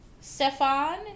Stefan